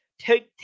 take